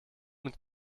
mit